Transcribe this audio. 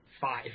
five